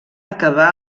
acabar